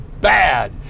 bad